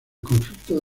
conflicto